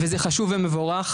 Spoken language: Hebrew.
וזה חשוב ומבורך,